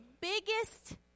biggest